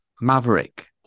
Maverick